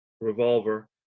revolver